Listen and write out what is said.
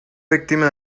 víctima